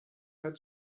had